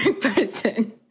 person